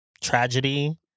tragedy